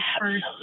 first